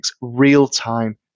real-time